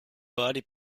buddy